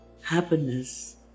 happiness